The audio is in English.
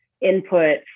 input